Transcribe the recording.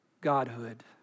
Godhood